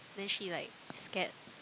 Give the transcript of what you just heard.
then she like scared